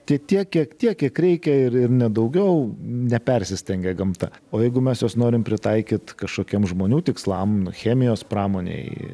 tik tiek kiek tiek kiek reikia ir ir ne daugiau nepersistengia gamta o jeigu mes juos norim pritaikyt kažkokiem žmonių tikslam chemijos pramonėj